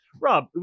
Rob